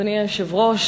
אדוני היושב-ראש,